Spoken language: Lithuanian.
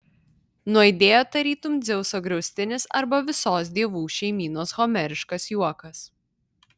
nuaidėjo tarytum dzeuso griaustinis arba visos dievų šeimynos homeriškas juokas